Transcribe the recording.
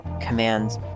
commands